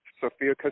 Sophia